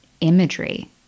imagery